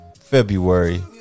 February